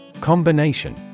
Combination